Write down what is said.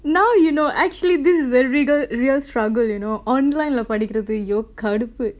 now you know actually this is very regal real struggle you know online lah படிக்கிறது அய்யோ கடுப்பு:padikkirathu ayyo kaduppu